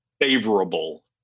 favorable